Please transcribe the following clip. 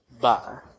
Bye